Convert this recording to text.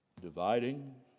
dividing